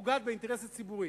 הפוגעת באינטרס הציבורי.